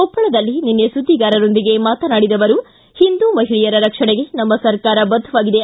ಕೊಪ್ಪಳದಲ್ಲಿ ನಿನ್ನೆ ಸುದ್ದಿಗಾರರೊಂದಿಗೆ ಮಾತನಾಡಿದ ಅವರು ಹಿಂದೂ ಮಹಿಳೆಯರ ರಕ್ಷಣೆಗೆ ನಮ್ಮ ಸರ್ಕಾರ ಬದ್ದವಾಗಿದೆ